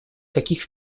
каких